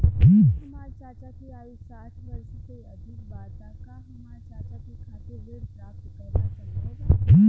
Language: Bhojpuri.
यदि हमार चाचा के आयु साठ वर्ष से अधिक बा त का हमार चाचा के खातिर ऋण प्राप्त करना संभव बा?